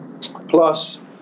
Plus